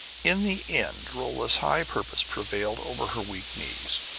in the end rolla's high purpose prevailed over her weak knees,